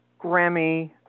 Grammy